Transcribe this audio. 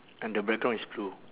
and the background is blue